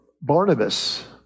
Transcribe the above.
Barnabas